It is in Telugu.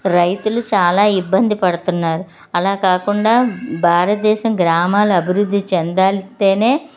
రైతులు చాలా ఇబ్బంది పడుతున్నారు అలా కాకుండా భారతదేశం గ్రామాలు అభివృద్ధి చెందితే